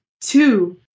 two